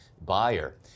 buyer